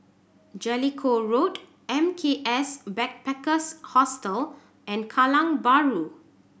Jellicoe Road M K S Backpackers Hostel and Kallang Bahru